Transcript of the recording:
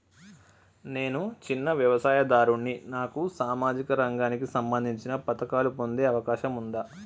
నేను చిన్న వ్యవసాయదారుడిని నాకు సామాజిక రంగానికి సంబంధించిన పథకాలు పొందే అవకాశం ఉందా?